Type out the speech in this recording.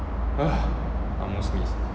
I almost sneezed